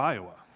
Iowa